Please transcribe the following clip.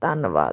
ਧੰਨਵਾਦ